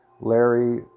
Larry